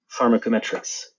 pharmacometrics